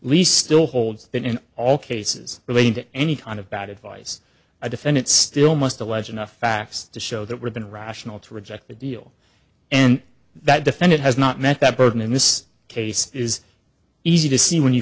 least still holds that in all cases relating to any kind of bad advice i defend it still must allege enough facts to show that we've been rational to reject the deal and that defendant has not met that burden in this case is easy to see when you